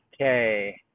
Okay